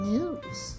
News